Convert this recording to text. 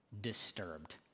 disturbed